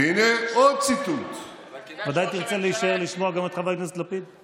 ודאי תרצה להישאר לשמוע גם את חבר הכנסת לפיד.